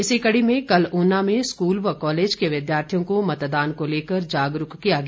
इसी कड़ी में कल उना में स्कूल व कॉलेज के विद्यार्थियों को मतदान को लेकर जागरूक किया गया